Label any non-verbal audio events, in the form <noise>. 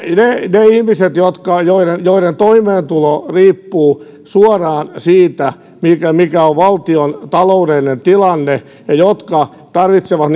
ne ihmiset joiden joiden toimeentulo riippuu suoraan siitä mikä on valtion taloudellinen tilanne ja jotka tarvitsevat <unintelligible>